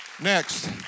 Next